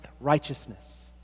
righteousness